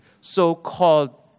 so-called